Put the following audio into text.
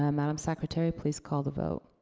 um madame secretary, please call the vote.